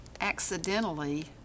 Accidentally